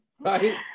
Right